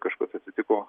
kažkas atsitiko